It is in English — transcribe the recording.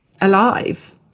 alive